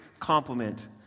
compliment